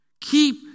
Keep